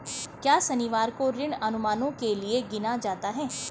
क्या शनिवार को ऋण अनुमानों के लिए गिना जाता है?